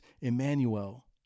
Emmanuel